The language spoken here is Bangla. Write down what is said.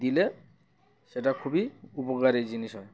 দিলে সেটা খুবই উপকারী জিনিস হয়